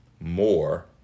more